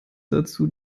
dazu